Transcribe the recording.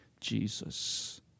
Jesus